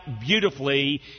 beautifully